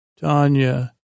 Tanya